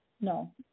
no